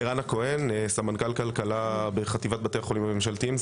אני סמנכ"ל כלכלה בחטיבת בתי החולים הממשלתיים,